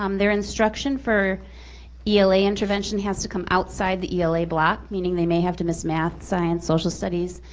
um their instruction for ela intervention has to come outside the ela block, meaning they may have to miss math, science, social studies.